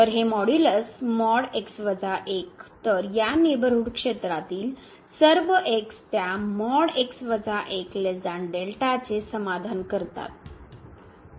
तर हे मॉड्यूलस तर या नेबरहूड क्षेत्रातील सर्व x त्या चे समाधान करतात